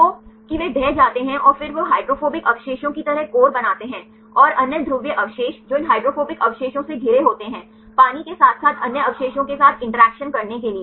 तो कि वे ढह जाते हैं और फिर वे हाइड्रोफोबिक अवशेषों की तरह कोर बनाते हैं और अन्य ध्रुवीय अवशेष जो इन हाइड्रोफोबिक अवशेषों से घिरे होते हैं पानी के साथ साथ अन्य अवशेषों के साथ इंटरेक्शन करने के लिए